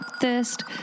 thirst